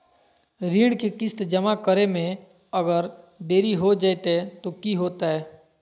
ऋण के किस्त जमा करे में अगर देरी हो जैतै तो कि होतैय?